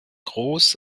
groß